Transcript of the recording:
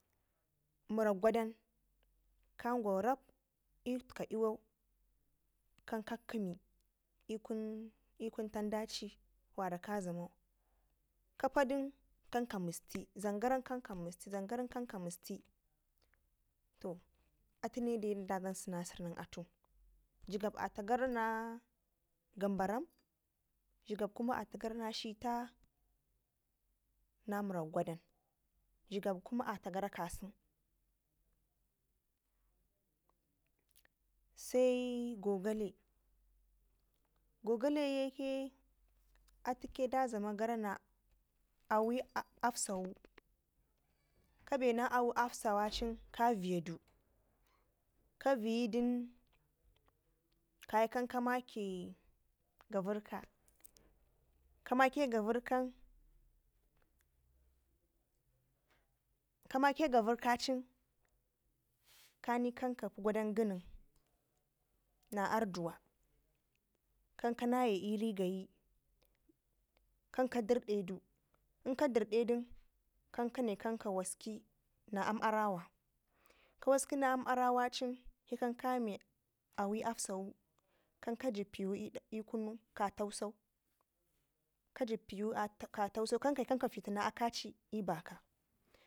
murak gwadan kango rap itika iwau kan kakkəmi ikun ikun tandaci wara ka dlamau kapadum, kanka musti dlangaran kanka musti dlam garan kanka musti to atune dai da dlam sinaser na atu jigab ata gara na gambaram jigab kuma atagara na shita na murak gwadan jigab kuma tagara kasen sai gogale gogale ye ke atuke da dlam a gara na awe absawu kabe na awe kabena awe absawacin ka viyyadu ka viyyidun kaya kan ka makə gallə rika kamake gallərrkan kamake gavərrkacin kani kankapi gwadan gənin na arduwa kan ka naje iri gayi kanka dereledu inka derdedun kankane kanka waski na aam arawa ka waski na aam arawacin he kan kame awe absawu ka je piwu kunu ka tausau ka jib piyu ka tausau ka jib piyu ka tausau kan ka fitina aka ci i'baka